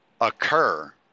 occur